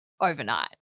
overnight